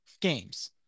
Games